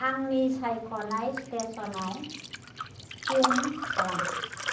आंनि सायख'नाय स्टेसनाव ट्युन खालाम